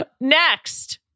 Next